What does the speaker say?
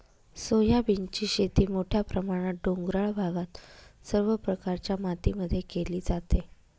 सोयाबीनची शेती मोठ्या प्रमाणात डोंगराळ भागात सर्व प्रकारच्या मातीमध्ये केली जाते